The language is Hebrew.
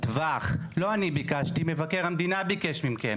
הכספים שהיו צבורים בקרן לא מומשו,